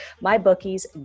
MyBookie's